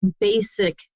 basic